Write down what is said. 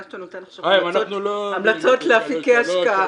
שאתה נותן עכשיו המלצות לאפיקי השקעה.